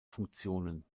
funktionen